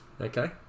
Okay